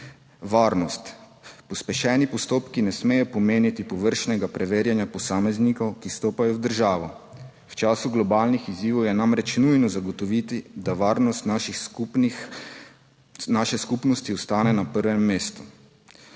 Varnost, pospešeni postopki ne smejo pomeniti površnega preverjanja posameznikov, ki vstopajo v državo. V času globalnih izzivov je namreč nujno zagotoviti, da varnost naše skupnosti ostane na prvem mestu.